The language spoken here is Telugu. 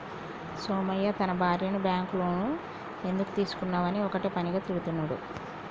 సోమయ్య తన భార్యను బ్యాంకు లోను ఎందుకు తీసుకున్నవని ఒక్కటే పనిగా తిడుతున్నడు